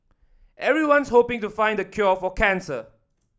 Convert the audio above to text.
everyone's hoping to find the cure for cancer